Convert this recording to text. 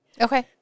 Okay